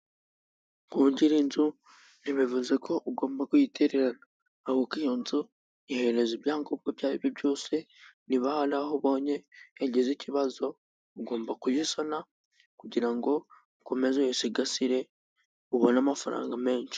Kuba ugira inzu ntibivuze ko ugomba kuyiterena ahubwoka iyo nzu yihereza ibyangombwa ibyo ari byo byose, niba hari aho ubonye yagize ikibazo ugomba kuyisana kugira ngo ukomeze uyisigasire ubone amafaranga menshi.